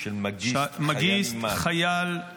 של מאגיסט, חייל עם מאג.